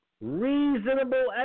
Reasonable